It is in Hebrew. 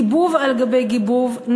גיבוב על גבי גיבוב,